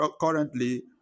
currently